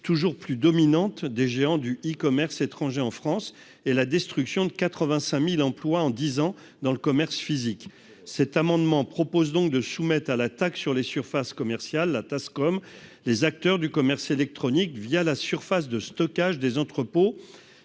toujours plus dominante des géants du E-commerce étrangers en France et la destruction de 85000 emplois en 10 ans dans le commerce physique cet amendement propose donc de soumettre à la taxe sur les surfaces commerciales, la TASCOM, les acteurs du commerce électronique via la surface de stockage des entrepôts